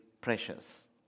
precious